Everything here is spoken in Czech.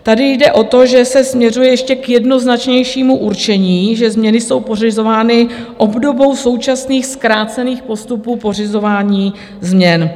Tady jde o to, že se směřuje ještě k jednoznačnějšímu určení, že změny jsou pořizovány obdobou současných zkrácených postupů pořizování změn.